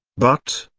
but,